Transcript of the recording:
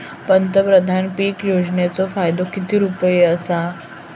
पंतप्रधान पीक योजनेचो फायदो किती रुपये आसा?